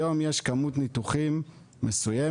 היום יש כמות ניתוחים מסוימת,